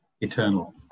eternal